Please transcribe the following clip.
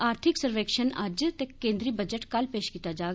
आर्थिक सर्वेक्षण अज्ज ते केंद्री बजट कल पेश कीता जाग